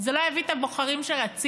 זה לא יביא את הבוחרים שרציתם?